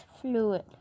fluid